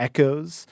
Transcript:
Echoes